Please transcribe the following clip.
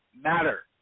matter